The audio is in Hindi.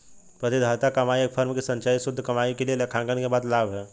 प्रतिधारित कमाई एक फर्म की संचयी शुद्ध कमाई के लिए लेखांकन के बाद लाभ है